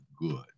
good